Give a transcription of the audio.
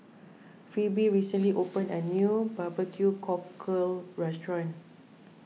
Phebe recently opened a new Barbecue Cockle restaurant